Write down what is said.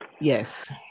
Yes